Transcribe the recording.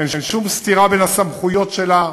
אין שום סתירה בין הסמכויות שלה